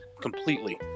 completely